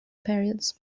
periods